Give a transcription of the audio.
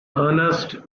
ernest